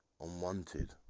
unwanted